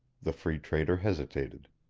the free trader hesitated.